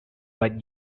what